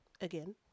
Again